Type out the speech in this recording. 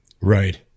Right